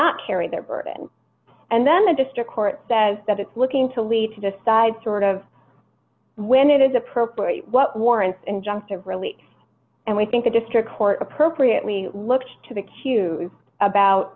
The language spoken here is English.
not carried their burden and then the district court says that it's looking to lead to decide sort of when it is appropriate what warrants injunctive relief and we think the district court appropriately looks to the cube about